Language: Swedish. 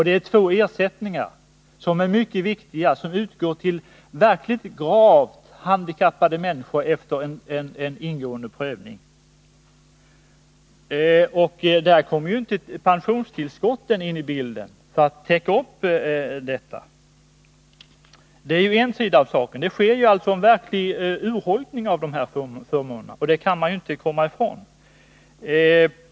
Det är två ersättningar som är mycket viktiga. De utgår till verkligt gravt handikappade människor efter en ingående prövning. Där kommer inte pensionstillskotten in i bilden för att täcka minskningen. Det sker alltså en verklig urholkning av dessa förmåner — det kan man inte komma ifrån.